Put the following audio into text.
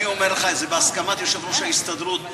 אני אומר לך, זה בהסכמת יושב-ראש ההסתדרות.